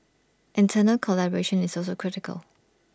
internal collaboration is also critical